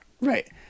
Right